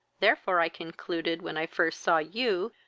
therefore i concluded, when i first saw you,